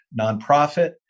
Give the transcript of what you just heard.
nonprofit